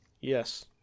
yes